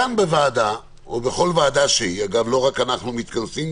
כאן בוועדה אגב, לא רק אנחנו מתכנסים.